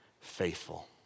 faithful